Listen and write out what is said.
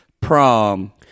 prom